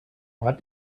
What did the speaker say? what